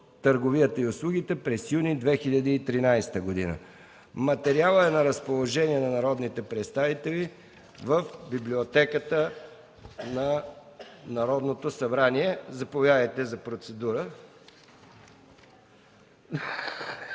търговията и услугите през юни 2013 г. Материалът е на разположение на народните представители в Библиотеката на Народното събрание. Заповядайте за процедура.